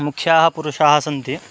मुख्याः पुरुषाः सन्ति